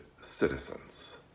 citizens